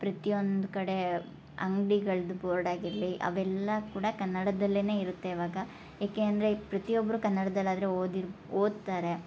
ಪ್ರತಿಯೊಂದು ಕಡೆ ಅಂಗ್ಡಿಗಳ್ದು ಬೋರ್ಡ್ ಆಗಿರಲಿ ಅವೆಲ್ಲ ಕೂಡ ಕನ್ನಡದಲ್ಲೇ ಇರುತ್ತೆ ಇವಾಗ ಏಕೆ ಅಂದರೆ ಈಗ ಪ್ರತಿಯೊಬ್ಬರೂ ಕನ್ನಡ್ದಲ್ಲಾದರೆ ಓದಿರ್ ಓದ್ತಾರೆ